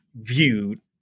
viewed